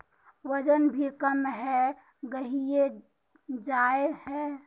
वजन भी कम है गहिये जाय है?